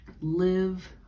live